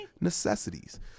necessities